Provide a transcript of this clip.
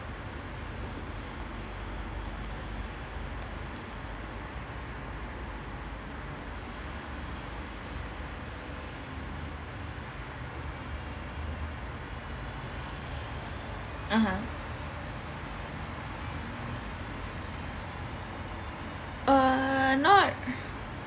(uh huh) err not